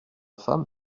femme